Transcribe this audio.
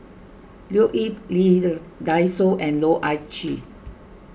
Leo Yip Lee the Dai Soh and Loh Ah Chee